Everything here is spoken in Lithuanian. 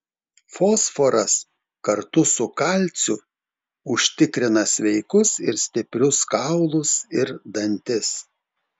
fosforas kartu su kalciu užtikrina sveikus ir stiprius kaulus ir dantis